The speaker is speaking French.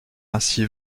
ainsi